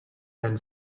then